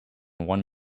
one